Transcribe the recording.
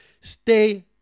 Stay